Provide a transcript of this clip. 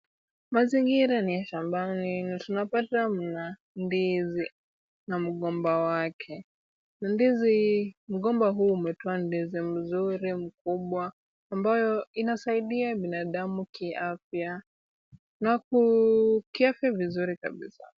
Mazingira ni ya shambani, tunapata mna ndizi na mgomba wake. Mgomba huu umetoa ndizi mzuri mkubwa ambayo inasaidia binadamu kiafya na kiafya vizuri kabisa.